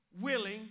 willing